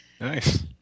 Nice